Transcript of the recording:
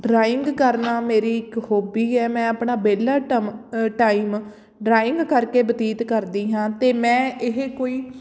drawing ਕਰਨਾ ਮੇਰੀ ਇੱਕ ਹੋਬੀ ਹੈ ਮੈਂ ਆਪਣਾ ਵਿਹਲਾ ਟੰਮ ਟਾਈਮ ਡਰਾਇੰਗ ਕਰਕੇ ਬਤੀਤ ਕਰਦੀ ਹਾਂ ਅਤੇ ਮੈਂ ਇਹ ਕੋਈ